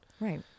Right